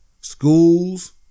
schools